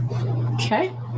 Okay